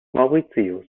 mauritius